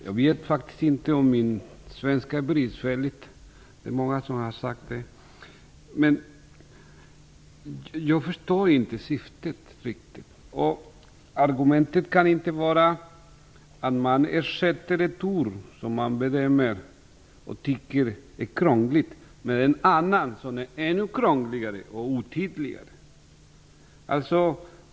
Jag vet inte om min svenska är bristfällig, det är många som har sagt det, men jag förstår inte syftet riktigt. Argumentet kan inte vara att man ersätter ett ord som man tycker är krångligt med ett annat ord som är ännu krångligare och otydligare.